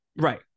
Right